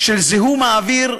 של זיהום האוויר,